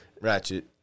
ratchet